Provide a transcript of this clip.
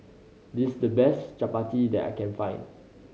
this is the best chappati that I can find